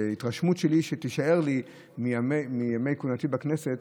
התרשמות שלי שתישאר לי מימי כהונתי בכנסת